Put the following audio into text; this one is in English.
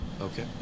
Okay